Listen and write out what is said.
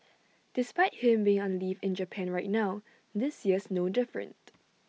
despite him being on leave in Japan right now this year's no different